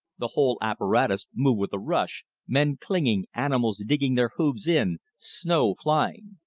the whole apparatus moved with a rush, men clinging, animals digging their hoofs in, snow flying.